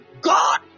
God